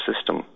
system